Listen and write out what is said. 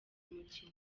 umukino